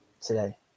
today